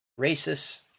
racists